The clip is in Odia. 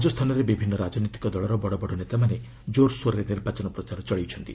ରାଜସ୍ଥାନରେ ବିଭିନ୍ନ ରାଜନୈତିକ ଦଳର ବଡ଼ ବଡ଼ ନେତାମାନେ କୋର୍ସୋର୍ରେ ନିର୍ବାଚନ ପ୍ରଚାର ଚଳାଇଛନ୍ତି